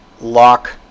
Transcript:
lock